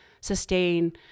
sustain